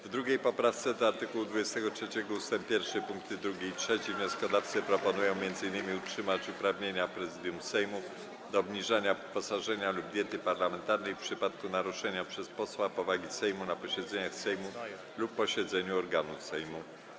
W 2. poprawce do art. 23 ust. 1 pkt 2 i 3 wnioskodawcy proponują m.in. utrzymać uprawnienia Prezydium Sejmu do obniżania uposażenia lub diety parlamentarnej w przypadku naruszenia przez posła powagi Sejmu na posiedzeniu Sejmu lub posiedzeniu organów Sejmu.